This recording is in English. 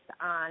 on